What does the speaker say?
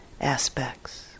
aspects